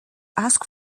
ask